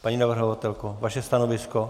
Paní navrhovatelko, vaše stanovisko?